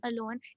alone